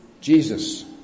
Jesus